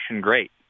great